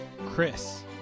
Chris